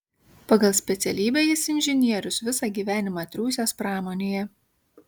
pagal specialybę jis inžinierius visą gyvenimą triūsęs pramonėje